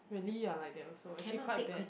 really ah like that also actually quite bad